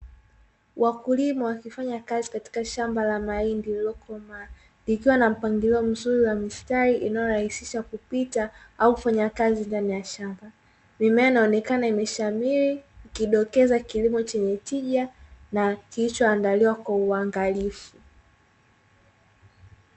Wakulima wakifanya kazi katika shamba la mahindi lililokomaa, likiwa na mpangilio mzuri wa mistari inayorahisisha kupitia au kufanya kazi ndani ya shamba. Mimea inaonekana imeshamili ikidokeza kilimo chenye tija na kilichoandaliwa kwa uangalifu.